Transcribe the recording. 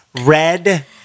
red